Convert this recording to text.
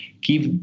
give